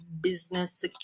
business